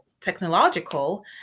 technological